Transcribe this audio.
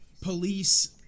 police